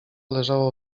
leżało